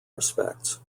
respects